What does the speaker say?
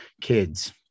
kids